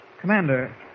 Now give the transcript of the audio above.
Commander